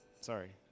Sorry